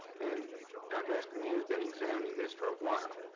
and dr. escamilla has been examining this for a while.